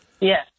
Yes